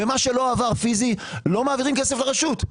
ומה שלא הועבר פיזית לא מעבירים כסף לרשות.